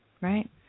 right